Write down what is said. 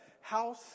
house